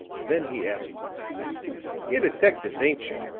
then he asked you're detectives, ain't you?